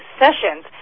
sessions